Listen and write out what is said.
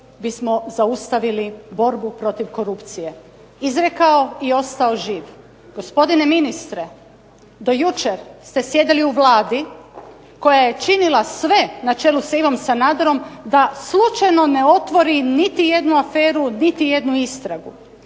bismo zaustavili borbu protiv korupcije. Izrekao i ostao živ. Gospodine ministre do jučer ste sjedili u Vladi koja je činila sve na čelu s Ivom Sanaderom da slučajno ne otvori niti jednu aferu, niti jednu istragu.